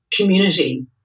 community